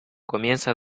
comienza